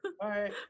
Bye